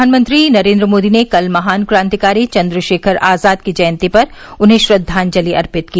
प्रधानमंत्री नरेन्द्र मोदी ने कल महान क्रांतिकारी चन्द्रशेखर आजाद की जयंती पर उन्हें श्रद्वांजलि अर्पित की